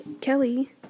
Kelly